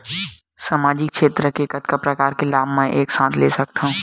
सामाजिक क्षेत्र के कतका प्रकार के लाभ मै एक साथ ले सकथव?